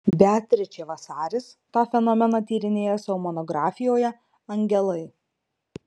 beatričė vasaris tą fenomeną tyrinėja savo monografijoje angelai